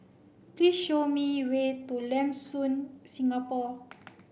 please show me way to Lam Soon Singapore